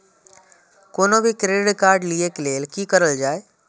कोनो भी credit card लिए के लेल की करल जाय?